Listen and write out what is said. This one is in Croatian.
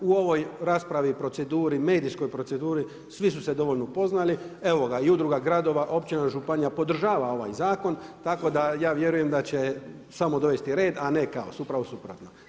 U ovoj raspravi, medijskoj proceduri svi su se dovoljno upoznali, evo ga i udruga gradova, općina i županija podržava ovaj zakon tako da ja vjerujem da će samo dovesti red a ne kaos, upravo suprotno.